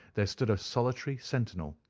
there stood a solitary sentinel.